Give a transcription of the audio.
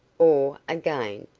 or, again,